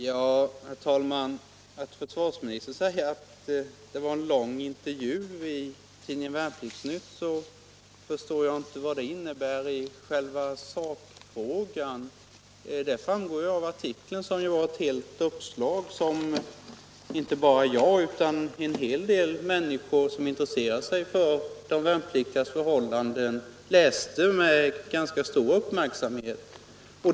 Herr talman! Jag förstår inte vad det innebär i själva sakfrågan att försvarsministern säger att det var en lång intervju i tidningen Värnplikts Nytt. Sakfrågan framgår av artikeln — den var på ett helt uppslag - som inte bara jag utan även en hel del andra människor som intresserar sig för de värnpliktigas förhållanden läste med stor uppmärksamhet.